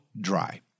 dry